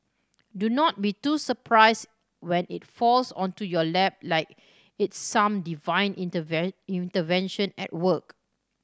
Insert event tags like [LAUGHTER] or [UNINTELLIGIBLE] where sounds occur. do not be too surprised when it falls onto your lap like it's some divine [UNINTELLIGIBLE] intervention at work